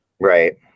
Right